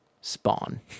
Spawn